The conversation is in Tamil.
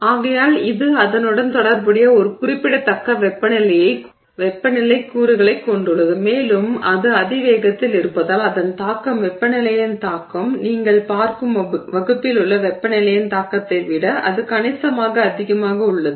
ஆகையால் இது அதனுடன் தொடர்புடைய ஒரு குறிப்பிடத்தக்க வெப்பநிலைக் கூறுகளைக் கொண்டுள்ளது மேலும் அது அதிவேகத்தில் இருப்பதால் அதன் தாக்கம் வெப்பநிலையின் தாக்கம் நீங்கள் பார்க்கும் வகுப்பிலுள்ள வெப்பநிலையின் தாக்கத்தை விட அது கணிசமாக அதிகமாக உள்ளது